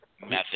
Method